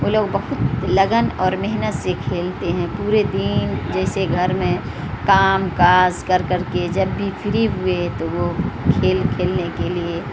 وہ لوگ بہت لگن اور محنت سے کھیلتے ہیں پورے دین جیسے گھر میں کام کاج کر کر کے جب بھی پھری ہوئے تو وہ کھیل کھیلنے کے لیے